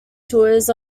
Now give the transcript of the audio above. tours